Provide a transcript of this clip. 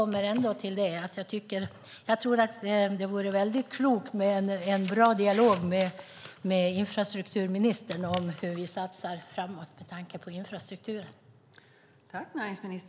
Med tanke på infrastrukturen vore det nog klokt med en bra dialog med infrastrukturministern om hur vi satsar framåt.